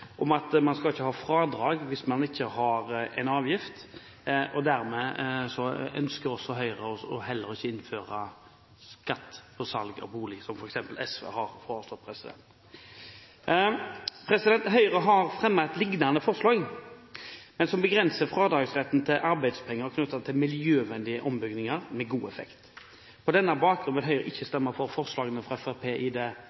dermed ønsker Høyre heller ikke å innføre skatt på salg av bolig – som f.eks. SV har foreslått. Høyre har fremmet et lignende forslag, men som begrenser fradragsretten til arbeidspenger knyttet til miljøvennlige ombygginger med god effekt. På denne bakgrunn vil Høyre ikke stemme for forslagene fra Fremskrittspartiet når det